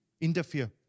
interfere